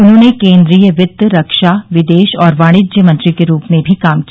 उन्होंने केंद्रीय वित्त रक्षा विदेश और वाणिज्य मंत्री के रूप में भी काम किया